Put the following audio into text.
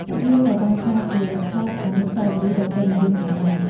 ពួកវាក៏បានក្លាយជាវត្ថុអនុស្សាវរីយ៍ដ៏ពេញនិយមផងដែរ។